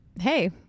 hey